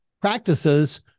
practices